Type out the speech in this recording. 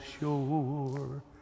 shore